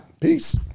Peace